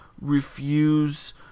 refuse